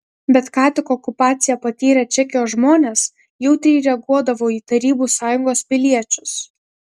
bet ką tik okupaciją patyrę čekijos žmonės jautriai reaguodavo į tarybų sąjungos piliečius